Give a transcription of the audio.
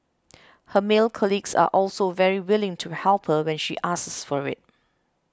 her male colleagues are also very willing to help her when she asks for it